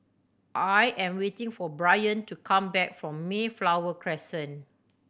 I am waiting for Bryant to come back from Mayflower Crescent